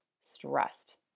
stressed